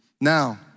Now